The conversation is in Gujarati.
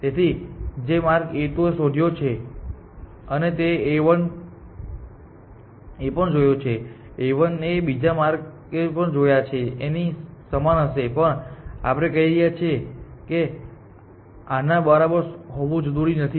તેથી જે માર્ગ A2 એ શોધ્યો હશે તે A1 એ પણ જોયો હશે પણ A1 એ બીજા પણ માર્ગ જોયા હશે જે એની સમાન હશે પણ આપણે કહી રહ્યા છે કે તે આના બરાબર હોવું જરૂરી નથી